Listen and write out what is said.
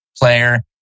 player